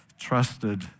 trusted